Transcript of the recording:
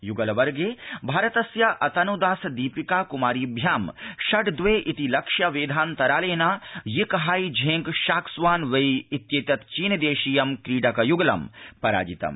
युगलवर्गे भारतस्य अतन् दास दीपिका कुमारीभ्यां षड् द्वाइति लक्ष्यवधिन्तरालधि यिकहाई झेंग शाक्स्आन वई इत्यक्ति चीनदधीयं क्रीडक य्गलं पराजितम्